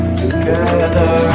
together